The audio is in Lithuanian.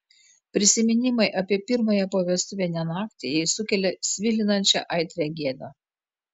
prisiminimai apie pirmąją povestuvinę naktį jai sukelia svilinančią aitrią gėdą